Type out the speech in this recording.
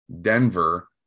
Denver